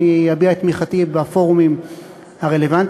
אביע את תמיכתי בפורומים הרלוונטיים,